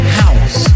house